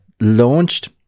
launched